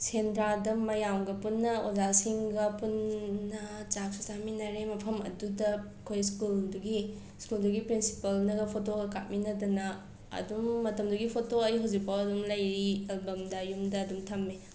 ꯁꯦꯟꯗ꯭ꯔꯥꯗ ꯃꯌꯥꯝꯒ ꯄꯨꯟꯅ ꯑꯣꯖꯥꯁꯤꯡꯒ ꯄꯨꯟꯅ ꯆꯥꯛꯁꯨ ꯆꯥꯃꯤꯟꯅꯔꯦ ꯃꯐꯝ ꯑꯗꯨꯗ ꯑꯩꯈꯣꯏ ꯁ꯭ꯀꯨꯜꯗꯨꯒꯤ ꯁ꯭ꯀꯨꯜꯗꯨꯒꯤ ꯄ꯭ꯔꯤꯟꯁꯤꯄꯜꯅꯒ ꯐꯣꯇꯣꯒ ꯀꯥꯞꯃꯤꯟꯅꯗꯅ ꯑꯗꯨꯝ ꯃꯇꯝꯗꯨꯒꯤ ꯐꯣꯇꯣ ꯑꯩ ꯍꯧꯖꯤꯛꯐꯥꯎ ꯑꯗꯨꯝ ꯂꯩꯔꯤ ꯑꯦꯜꯕꯝꯗ ꯌꯨꯝꯗ ꯑꯗꯨꯝ ꯊꯝꯃꯦ